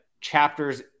chapters